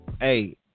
Hey